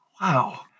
Wow